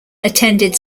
attended